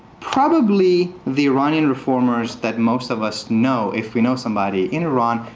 probably the iranian reformers that most of us know, if we know somebody in iran,